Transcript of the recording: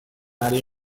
ari